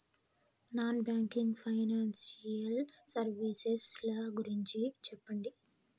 Non banking financial services ల గురించి సెప్పండి?